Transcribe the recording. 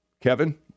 Kevin